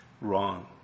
wrong